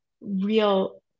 real